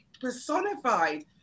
personified